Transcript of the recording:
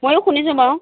ময়ো শুনিছোঁ বাৰু